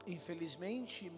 Infelizmente